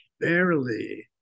barely